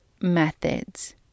methods